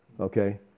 okay